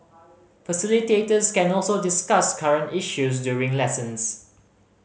facilitators can also discuss current issues during lessons